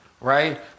right